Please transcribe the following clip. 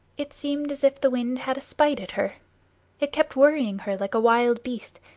it seemed as if the wind had a spite at her it kept worrying her like a wild beast,